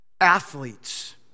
Athletes